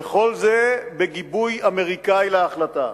וכל זה בגיבוי אמריקני להחלטה.